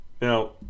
Now